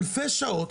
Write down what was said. אלפי שעות,